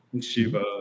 Shiva